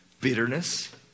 bitterness